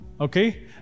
okay